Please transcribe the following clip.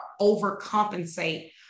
overcompensate